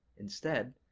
instead,